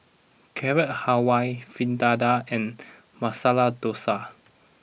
Carrot Halwa Fritada and Masala Dosa